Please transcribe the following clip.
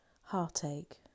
heartache